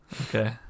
okay